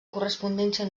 correspondència